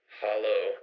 hollow